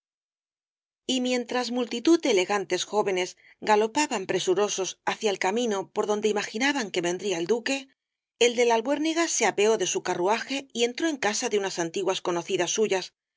y mientras multitud de elegantes jóvenes galopaban presurosos hacia el camino por donde imaginaban que vendría el duque el de la albuérniga se apeó de su carruaje y entró en casa de unas antiguas conocidas suyas